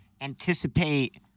anticipate